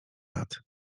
lat